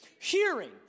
hearing